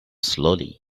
slowly